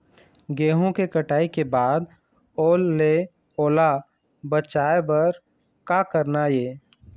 गेहूं के कटाई के बाद ओल ले ओला बचाए बर का करना ये?